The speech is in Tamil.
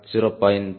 3 லிருந்து 0